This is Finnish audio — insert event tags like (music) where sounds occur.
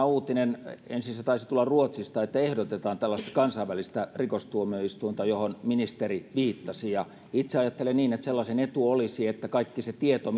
(unintelligible) uutinen ensin se taisi tulla ruotsista että ehdotetaan tällaista kansainvälistä rikostuomioistuinta johon ministeri viittasi itse ajattelen niin että sellaisen etu olisi että kaikki se tieto (unintelligible)